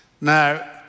Now